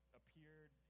appeared